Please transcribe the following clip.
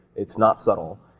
it's not subtle,